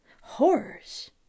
Horrors